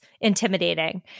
intimidating